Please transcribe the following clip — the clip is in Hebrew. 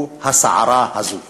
הוא הסערה הזאת".